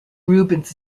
rubens